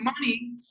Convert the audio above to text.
money